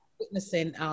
witnessing